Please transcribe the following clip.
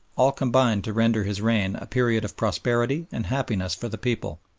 all combined to render his reign a period of prosperity and happiness for the people.